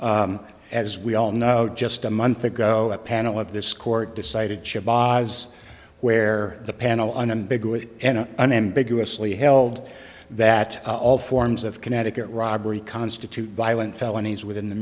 as we all know just a month ago a panel of this court decided as where the panel unambiguous and unambiguously held that all forms of connecticut robbery constitute violent felonies within the